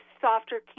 softer